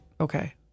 Okay